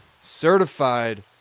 certified